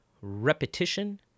repetition